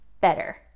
better